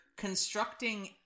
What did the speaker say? Constructing